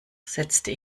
setzte